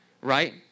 right